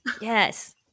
Yes